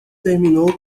terminou